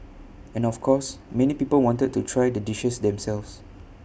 and of course many people wanted to try the dishes themselves